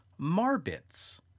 marbits